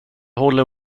håller